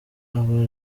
aba